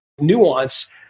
nuance